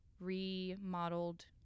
remodeled